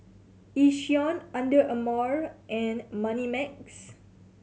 Yishion Under Armour and Moneymax